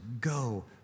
go